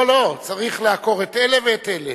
לא, לא, צריך לעקור את אלה ואת אלה.